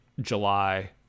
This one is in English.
july